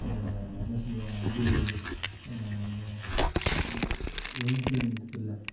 அந்த என்ன சொல்லுவாங்க வண்டி இஞ்சின் இருக்கில்ல